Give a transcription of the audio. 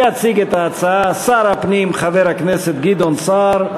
יציג את ההצעה שר הפנים, חבר הכנסת גדעון סער.